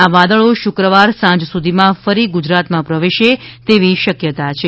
આ વાદળો શુક્રવાર સાંજ સુધીમાં ફરી ગુજરાતમાં પ્રવેશે તેવી શક્યતા છે